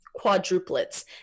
quadruplets